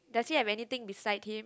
does he have anything beside him